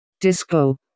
Disco